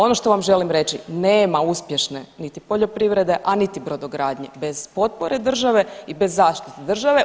Ono što vam želim reći, nema uspješne niti poljoprivrede, a niti brodogradnje bez potpore države i bez zaštite države.